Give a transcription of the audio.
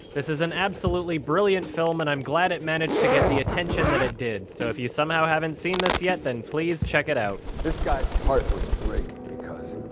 this is an absolutely brilliant film and i'm glad that it managed to get the attention that it did. so if you somehow haven't seen this yet, then please check it out. this guy's heart was breaking, because.